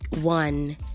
One